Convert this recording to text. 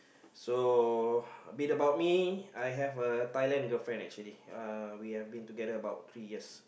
so a bit about me I have a Thailand girlfriend actually uh we've been together about three years